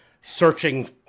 searching